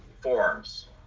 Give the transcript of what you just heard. forms